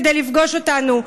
כדי לפגוש אותנו.